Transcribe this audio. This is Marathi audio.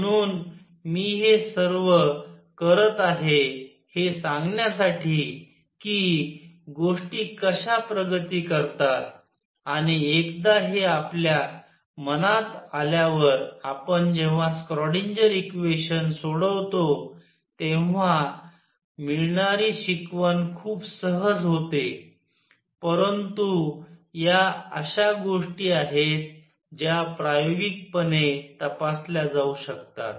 म्हणून मी हे सर्व करत आहे हे सांगण्यासाठी की गोष्टी कशा प्रगती करतात आणि एकदा हे आपल्या मनात आल्यावर आपण जेव्हा स्क्रोडिंजर इक्वेशन Schrödinger equation सोडवतो तेव्हा मिळणारी शिकवण खूप सहज होते परंतु या अशा गोष्टी आहेत ज्या प्रायोगिकपणे तपासल्या जाऊ शकतात